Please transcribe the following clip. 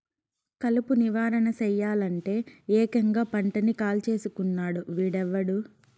కలుపు నివారణ సెయ్యలంటే, ఏకంగా పంటని కాల్చేస్తున్నాడు వీడెవ్వడు